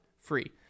Free